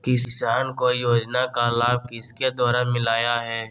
किसान को योजना का लाभ किसके द्वारा मिलाया है?